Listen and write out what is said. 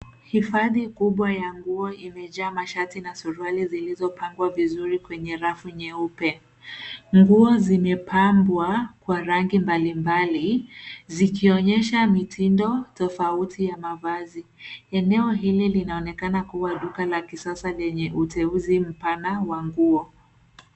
Hifadhi kubwa ya nguo imejaa mashati na suruali zilizopangwa vizuri kwenye rafu nyeupe. Nguo zimepambwa kwa rangi mbalimbali zikionyesha mitindo tofauti ya mavazi. Eneo hili linaonekana kuwa duka la kisasa lenye uteuzi mpana wa nguo.